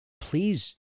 please